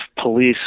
police